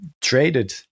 traded